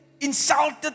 Insulted